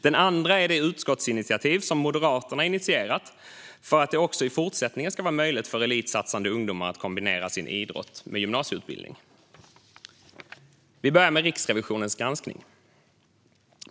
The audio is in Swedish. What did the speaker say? Den andra är det utskottsinitiativ som Moderaterna initierat för att det också i fortsättningen ska vara möjligt för elitsatsande ungdomar att kombinera sin idrott med gymnasieutbildning. Vi börjar med Riksrevisionens granskning.